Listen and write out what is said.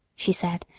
she said,